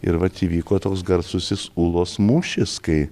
ir vat įvyko toks garsusis ulos mūšis kai